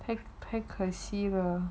太太可惜了